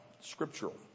Scriptural